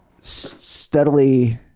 steadily